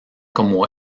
como